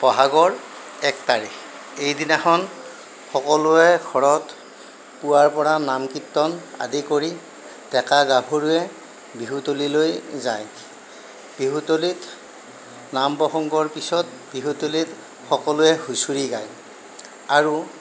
ব'হাগৰ এক তাৰিখ এই দিনাখন সকলোৱে ঘৰত পুৱাৰ পৰা নাম কীৰ্তন আদি কৰি ডেকা গাভৰুৱে বিহুতলিলৈ যায় বিহুতলিত নাম প্ৰসংগৰ পিছত বিহুতলিত সকলোৱে হুঁচৰি গায় আৰু